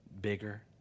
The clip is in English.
bigger